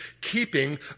keeping